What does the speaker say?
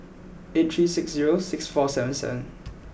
eight three six zero six four seven seven